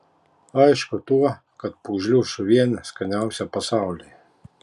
aišku tuo kad pūgžlių žuvienė skaniausia pasaulyje